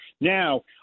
Now